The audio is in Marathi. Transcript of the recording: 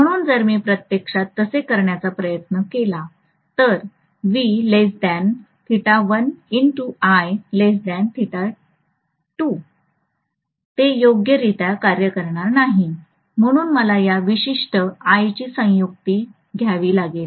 म्हणून जर मी प्रत्यक्षात तसे करण्याचा प्रयत्न केला तर ते योग्यरित्या कार्य करणार नाही म्हणून मला या विशिष्ट I ची संयुक्ती घ्यावी लागेल